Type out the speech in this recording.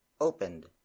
opened